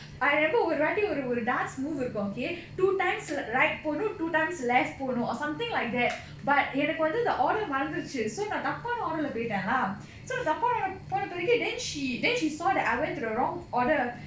I remember ஒரு வாட்டி ஒரு ஒரு:oru vaatti oru oru dance move இருக்கும்:irukkum okay two times right போனும்:ponum two times left போனும்:ponum or something like that but எனக்கு வந்து:enakku vanthu the order மறந்திரிச்சி:marandhiricchi so நா தப்பான:naa thappana order lah போயிட்டேன்:poitten lah so நா தப்பான:naa thappana order போன பிறகு:pona piragu then she then she saw that I went to the wrong order